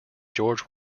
george